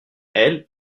elle